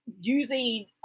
using